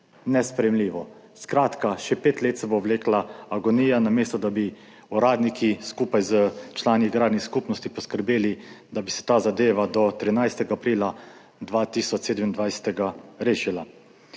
Nesprejemljivo. Skratka, še pet let se bo vlekla agonija, namesto da bi uradniki skupaj s člani agrarnih skupnosti poskrbeli, da bi se ta zadeva do 13. aprila 2027 rešila.